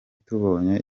tubonye